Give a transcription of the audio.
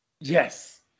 Yes